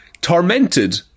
tormented